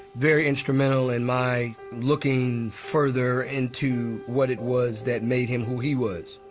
very instrumental in my looking further into what it was that made him who he was.